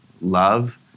love